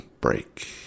break